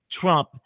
Trump